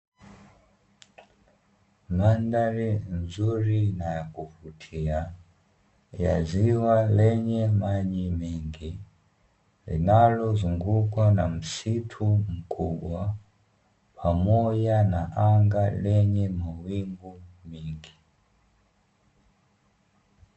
Mandhari nzuri na ya kuvutia, ya ziwa lenye maji mengi linalozungukwa na msitu mkubwa pamoja na anga lenye mawingu mengi.